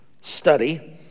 study